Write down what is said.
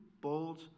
bold